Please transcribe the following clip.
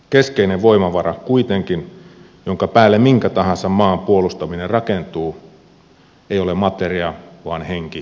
keskeinen voimavara jonka päälle minkä tahansa maan puolustaminen rakentuu ei kuitenkaan ole materia vaan henki ja tahto